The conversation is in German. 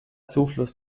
zufluss